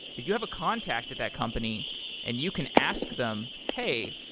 you have a contact to that company and you can ask them, hey,